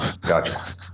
Gotcha